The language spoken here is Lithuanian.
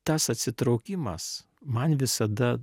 tas atsitraukimas man visada